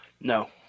No